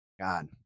God